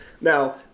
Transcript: Now